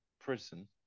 prison